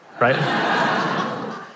right